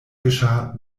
geschah